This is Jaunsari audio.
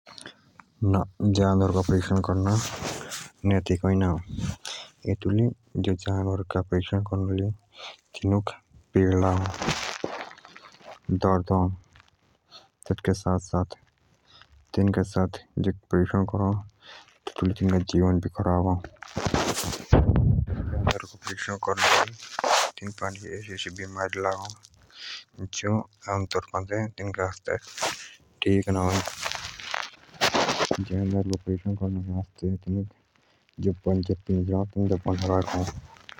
जानवर का परीक्षण करना नेतिक अइना जानवर का परीक्षण करन लेइ तिनुक पिड लागअ और तीनुका जीवन भी खराब अ और बिमारे भी लागअ जो तिनुके आस्ते आच्छे ना आती।